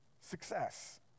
success